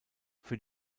für